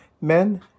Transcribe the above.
Men